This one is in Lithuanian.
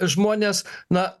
žmonės na